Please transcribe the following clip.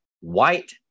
White